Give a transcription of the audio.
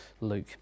Luke